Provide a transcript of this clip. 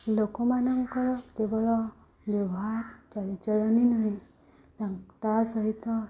ଲୋକମାନଙ୍କର କେବଳ ବ୍ୟବହାର ଚଲିଚାଳନ ନୁହେଁ ତା'ସହିତ